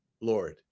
Lord